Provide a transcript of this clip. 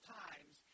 times